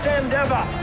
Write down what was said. endeavor